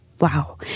Wow